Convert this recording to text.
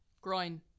groin